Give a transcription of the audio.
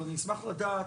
אז אני אשמח לדעת,